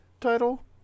title